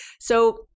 So-